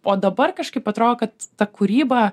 o dabar kažkaip atrodo kad ta kūryba